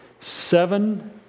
seven